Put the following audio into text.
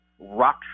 rock